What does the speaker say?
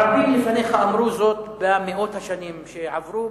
רבים לפניך אמרו זאת במאות השנים שעברו,